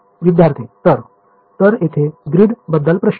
विद्यार्थी तर तर येथे ग्रीड बद्दल प्रश्न